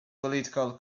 political